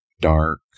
dark